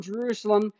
Jerusalem